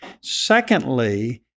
Secondly